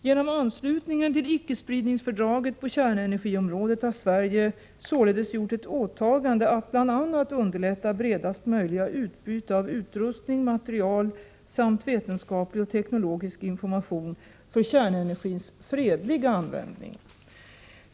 Genom anslutningen till icke-spridningsfördraget på kärnenergiområdet har Sverige således gjort ett åtagande att bl.a. underlätta bredast möjliga utbyte av utrustning, material samt vetenskaplig och teknologisk information för kärnenergins fredliga användning.